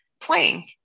playing